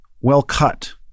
well-cut